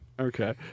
Okay